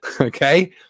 okay